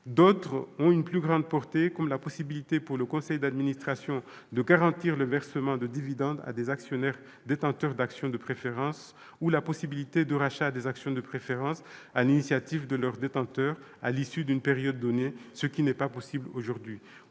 D'autres ont une plus grande portée, comme la possibilité pour le conseil d'administration de garantir le versement de dividendes à des actionnaires détenteurs d'actions de préférence ou la possibilité de rachat des actions de préférence sur l'initiative de leurs détenteurs à l'issue d'une période donnée, qui n'existe pas aujourd'hui.